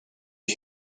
you